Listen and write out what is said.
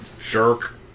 Shirk